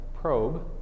probe